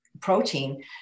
protein